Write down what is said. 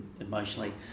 emotionally